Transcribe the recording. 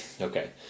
Okay